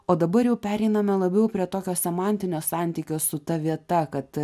o dabar jau pereiname labiau prie tokio semantinio santykio su ta vieta kad a